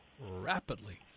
rapidly